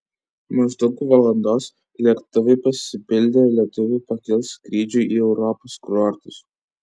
maždaug po valandos lėktuvai pasipildę lietuvių pakils skrydžiui į europos kurortus